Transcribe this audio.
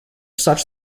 such